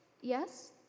Yes